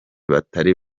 batari